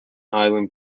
island